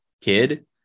kid